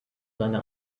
seine